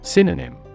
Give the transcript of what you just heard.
Synonym